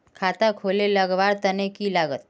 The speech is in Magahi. खाता खोले लगवार तने की लागत?